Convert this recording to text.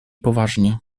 poważnie